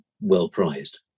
well-prized